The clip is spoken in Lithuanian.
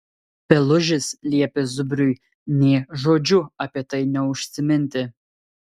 pelužis liepė zubriui nė žodžiu apie tai neužsiminti